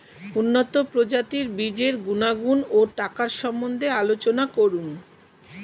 উন্নত প্রজাতির বীজের গুণাগুণ ও টাকার সম্বন্ধে আলোচনা করুন